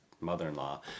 mother-in-law